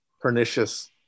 pernicious